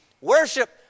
Worship